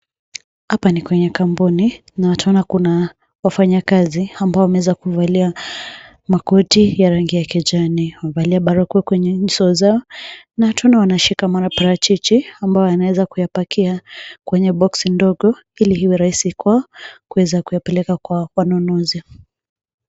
Hapa ni kwenye kampuni. Na tunaona kuna wafanyakazi ambao wameweza kuvalia makoti ya rangi ya kijani. Wamevalia barakoa kwenye nyuso zao. Na tunaona wanashika maparachichi ambayo wanaweza kuyapakia kwenye boksi ndogo ili iwe rahisi kwao kuweza kuyapeleka kwa wanunuzi.